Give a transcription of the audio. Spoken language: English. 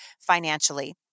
financially